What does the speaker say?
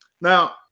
Now